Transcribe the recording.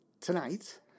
tonight